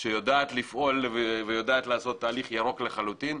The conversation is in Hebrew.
שיודעת לפעול ויודעת לעשות תהליך ירוק לחלוטין,